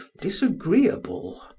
disagreeable